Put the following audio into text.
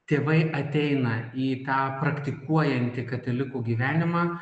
tėvai ateina į tą praktikuojantį katalikų gyvenimą